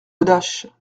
godache